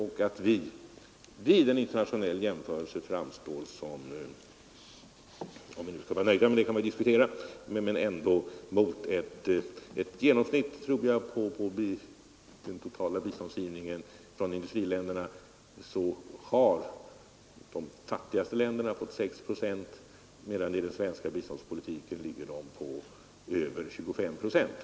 Det framgår vid en internationell jämförelse att när det gäller den totala biståndsgivningen från i-länderna har de fattigaste länderna fått 6 procent, medan de i den svenska biståndspolitiken ligger på över 25 procent.